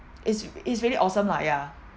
is is really awesome lah ya